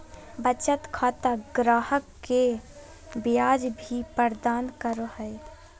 बचत खाता ग्राहक के ब्याज भी प्रदान करो हइ